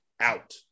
out